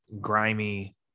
grimy